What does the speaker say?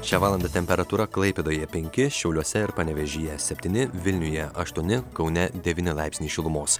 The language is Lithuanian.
šią valandą temperatūra klaipėdoje penki šiauliuose ir panevėžyje septyni vilniuje aštuoni kaune devyni laipsniai šilumos